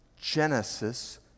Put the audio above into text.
Genesis